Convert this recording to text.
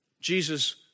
Jesus